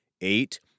Eight